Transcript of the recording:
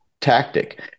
tactic